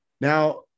Now